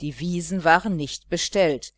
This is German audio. die wiesen waren nicht bestellt